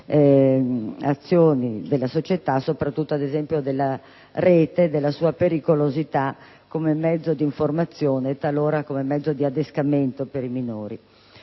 azioni della società, soprattutto, ad esempio, della Rete e della sua pericolosità come mezzo di informazione e talora come metodo di adescamento dei minori.